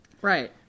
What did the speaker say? Right